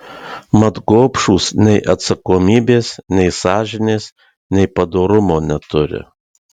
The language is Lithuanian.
mat gobšūs nei atsakomybės nei sąžinės nei padorumo neturi